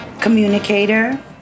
communicator